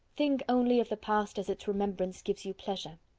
think only of the past as its remembrance gives you pleasure.